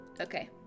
okay